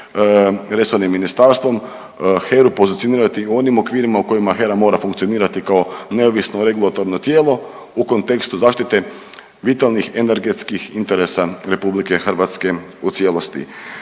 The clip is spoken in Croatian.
resornim ministarstvom, HERU pozicionirati u onim okvirima u kojima HERA mora funkcionirati kao neovisno regulatorno tijelo u kontekstu zaštite vitalnih energetskih interesa RH u cijelosti.